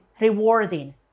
rewarding